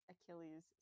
Achilles